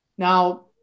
Now